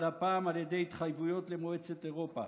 אבל הפעם על ידי התחייבויות למועצת אירופה.